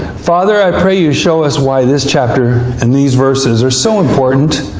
father, i pray you, show us why this chapter and these verses are so important,